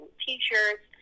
t-shirts